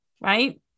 right